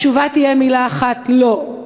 תהיה מילה אחת: לא.